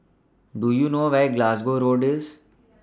Do YOU know Where Glasgow Road IS